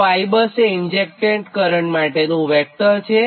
તો Ibus એ injected current માટેનું વેક્ટર છે